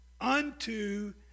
unto